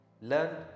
learn